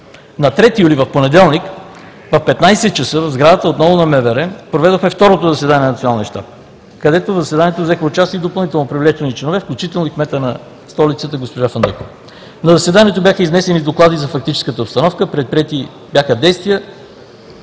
На 3 юли, в понеделник, в 15,00 ч. отново в сградата на МВР проведохме второто заседание на Националния щаб. В заседанието взеха участие и допълнително привлечени членове, включително и кметът на столицата госпожа Фандъкова. На заседанието бяха изнесени доклади за фактическата обстановка, предприети бяха действия,